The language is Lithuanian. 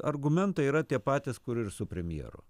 argumentai yra tie patys kur ir su premjeru